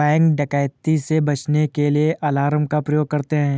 bank डकैती से बचने के लिए अलार्म का प्रयोग करते है